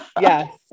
Yes